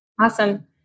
Awesome